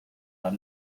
are